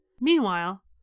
Meanwhile